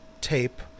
tape